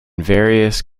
various